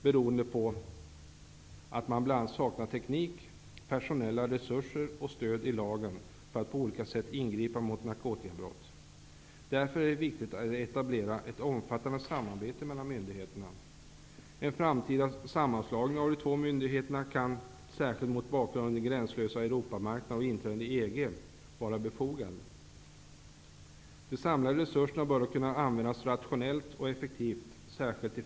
Detta beror på att man bl.a. saknar teknik, personella resurser och stöd i lagen för att på olika sätt ingripa mot narkotikabrott. Det är därför viktigt att etablera ett omfattande samarbete mellan myndigheterna. En framtida sammanslagning av tullen och polisen kan vara befogad mot bakgrund av den gränslösa De samhälleliga resurserna bör då särskilt vid bekämpningen av internationell brottslighet kunna användas rationellt och effektivt.